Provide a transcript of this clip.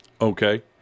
Okay